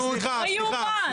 סליחה, סליחה.